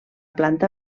planta